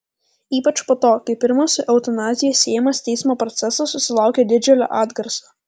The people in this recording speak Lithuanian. ypač po to kai pirmas su eutanazija siejamas teismo procesas susilaukė didžiulio atgarsio